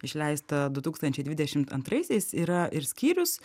išleistą du tūkstančiai dvidešim antraisiais yra ir skyrius